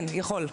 כן, יכול.